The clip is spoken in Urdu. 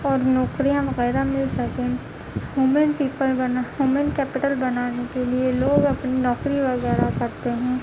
اور نوکریاں وغیرہ مل سکیں ومین پیپل بنا ومین کیپیٹل بنانے کے لیے لوگ اپنی نوکری وغیرہ کرتے ہیں